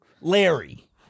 Larry